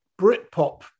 Britpop